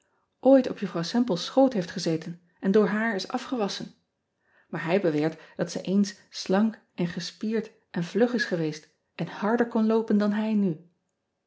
ooit op uffrouw emple s schoot heeft gezeten en door haar is afgewasschen aar hij beweert dat ze eens slank en gespierd en vlug is geweest en harder kon loopen dan hij nu